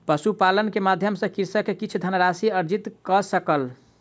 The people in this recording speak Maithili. पशुपालन के माध्यम सॅ कृषक किछ धनराशि अर्जित कय सकल